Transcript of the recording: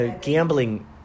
gambling